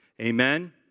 Amen